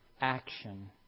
action